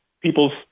people's